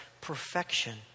perfection